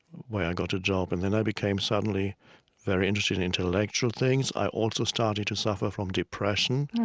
where i got a job. and then i became suddenly very interested in intellectual things. i also started to suffer from depression